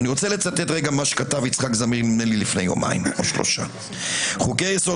אני רוצה לצטט מה שכתב יצחק זמיר לפני כמה ימים: "חוקי יסוד